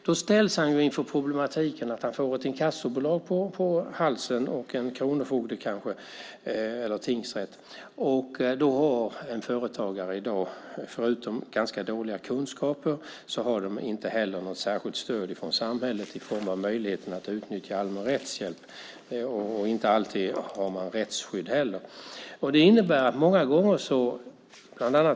Då ställs han inför problematiken att han får ett inkassobolag på halsen och en kronofogde kanske eller tingsrätt. Förutom ganska dåliga kunskaper har en företagare i dag inte heller något särskilt stöd från samhället i form av möjligheter att utnyttja allmän rättshjälp. Man har inte alltid rättsskydd heller.